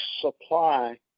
supply